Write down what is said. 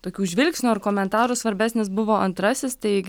tokių žvilgsnių ar komentarų svarbesnis buvo antrasis tai